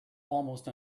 almost